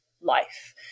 life